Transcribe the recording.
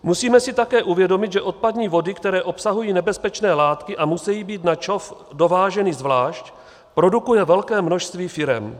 Musíme si také uvědomit, že odpadní vody, které obsahují nebezpečné látky a musejí být na ČOV dováženy zvlášť, produkuje velké množství firem.